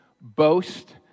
boast